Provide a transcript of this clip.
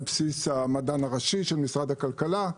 על בסיס המדען הראשי של משרד הכלכלה.